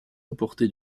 importées